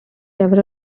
ever